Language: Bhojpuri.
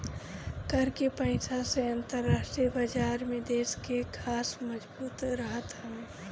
कर के पईसा से अंतरराष्ट्रीय बाजार में देस के साख मजबूत रहत हवे